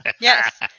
Yes